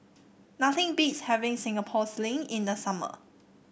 nothing beats having Singapore Sling in the summer